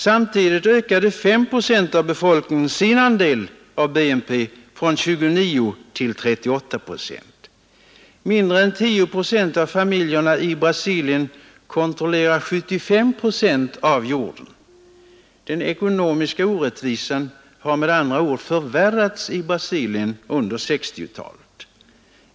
Samtidigt ökade 5 procent av befolkningen sin andel av BNP från 29 till 38 procent. Mindre än 10 procent av familjerna i Brasilien kontrollerar 75 procent av jorden. Den ekonomiska orättvisan har med andra ord förvärrats i landet under 1960-talet.